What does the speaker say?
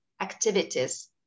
activities